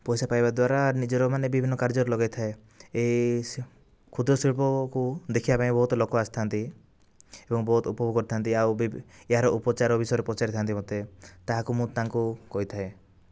ପଇସା ପାଇବା ଦ୍ୱାରା ନିଜର ମାନେ ବିଭିନ୍ନ କାର୍ଯ୍ୟରେ ଲଗାଇଥାଏ ଏହି କ୍ଷୁଦ୍ରଶିଳ୍ପକୁ ଦେଖିବା ପାଇଁ ବହୁତ ଲୋକ ଆସିଥାନ୍ତି ଏବଂ ବହୁତ ଉପଭୋଗ କରିଥାନ୍ତି ଆଉ ଏହାର ଉପଚାର ବିଷୟରେ ପଚାରିଥାନ୍ତି ମୋତେ ତାହାକୁ ମୁଁ ତାଙ୍କୁ କହିଥାଏ